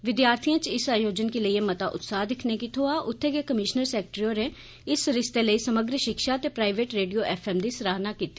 विद्यार्थियें च इस आयोजन गी लेई मता उत्साह दिक्खने गी थ्होआ उत्थैं गै कमीष्नर सैकटरी होरें इस सरिस्ते लेई समग्र षिक्षा ते प्राईवेट रेडियों एफ एम दी सराहना कीती